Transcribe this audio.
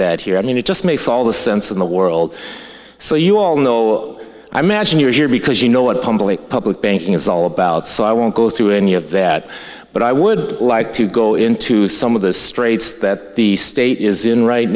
that here i mean it just makes all the sense in the world so you all know i magine you're here because you know what public public banking is all about so i won't go through any of that but i would like to go into some of the straits that the state is in right